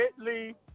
Italy